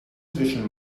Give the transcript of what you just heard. zwischen